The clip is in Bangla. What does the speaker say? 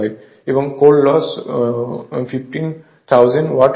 এবং কোর লস 15000 ওয়াট হবে